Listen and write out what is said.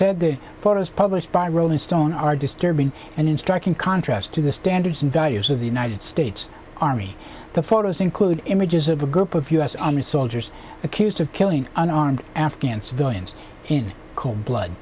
said the photos published by rolling stone are disturbing and in striking contrast to the standards and values of the united states army the photos include images of a group of u s army soldiers accused of killing unarmed afghan civilians in cold blood